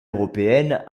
européenne